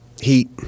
Heat